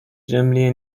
جمله